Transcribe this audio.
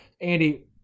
Andy